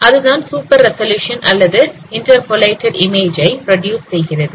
அதுதான் super resolution அல்லது interpolated இமேஜை புறடியூஸ் செய்கிறது